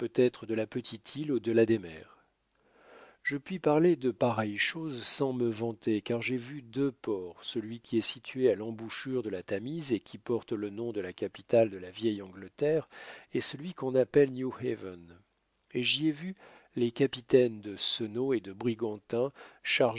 de la petite île au delà des mers je puis parler de pareilles choses sans me vanter car j'ai vu deux ports celui qui est situé à l'embouchure de la tamise et qui porte le nom de la capitale de la vieille angleterre et celui qu'on appelle newhaven et j'y ai vu les capitaines de senaux et de brigantins